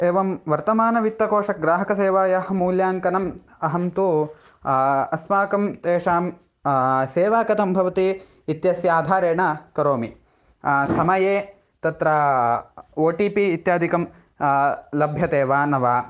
एवं वर्तमानवित्तकोशग्राहकसेवायाः मूल्याङ्कनम् अहं तु अस्माकं तेषां सेवा कथं भवति इत्यस्य आधारेण करोमि समये तत्र ओ टि पि इत्यादिकं लभ्यते वा न वा